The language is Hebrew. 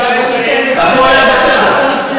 יש לנו ערב ארוך.